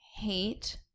hate